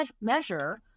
measure